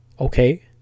okay